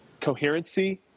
coherency